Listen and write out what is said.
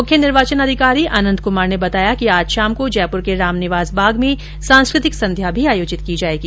मुख्य निर्वाचन अधिकारी आनन्द कुमार ने बताया कि आज शाम को जयप्र र्क रामनिवास बाग में सांस्कृतिक संध्या आयोजित की जाएगी